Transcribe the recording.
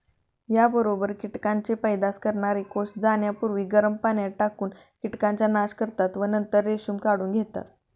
याबरोबर कीटकांचे पैदास करणारे कोष जाण्यापूर्वी गरम पाण्यात टाकून कीटकांचा नाश करतात व नंतर रेशीम काढून घेतात